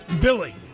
Billy